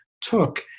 took